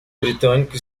britânica